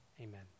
Amen